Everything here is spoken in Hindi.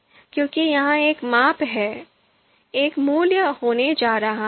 क्योंकि यह एक माप है एक मूल्य होने जा रहा है